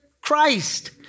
Christ